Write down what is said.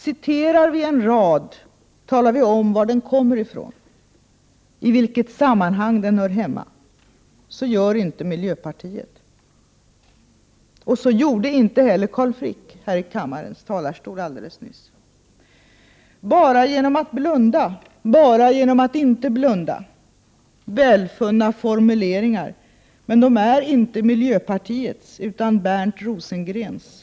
Citerar vi en rad talar vi om var den kommer ifrån — i vilket sammanhang den hör hemma. Så gör inte miljöpartiet. Så gjorde inte heller Carl Frick här i kammarens talarstol alldeles nyss. ”Bara genom att blunda ——-— Bara genom att inte blunda.” Det är väl funna formuleringar, men de är inte miljöpartiets utan Bernt Rosengrens.